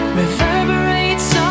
reverberates